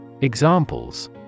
Examples